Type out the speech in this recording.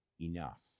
enough